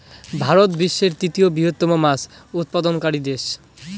ভারত বিশ্বের তৃতীয় বৃহত্তম মাছ উৎপাদনকারী দেশ